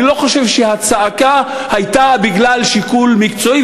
אני לא חושב שהצעקה הייתה בגלל שיקול מקצועי,